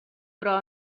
però